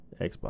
xbox